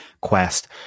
Quest